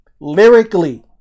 lyrically